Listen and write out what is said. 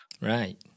Right